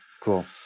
cool